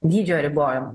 dydžio ribojimo